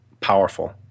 powerful